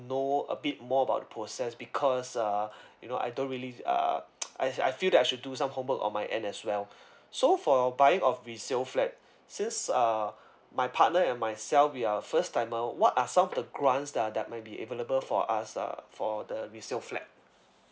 know a bit more about process because uh you know I don't really uh I I feel that I should do some homework on my end as well so for your buying of resale flat since uh my partner and myself we are first timer what are some of the grants that that might be available for us uh for the resale flat